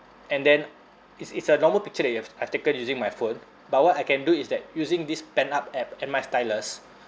and then it's it's a normal picture that you have I've taken using my phone but what I can do is that using this pen up app and my stylus